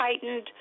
heightened